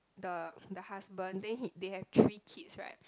the the husband then he they have three kids right